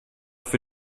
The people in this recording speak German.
für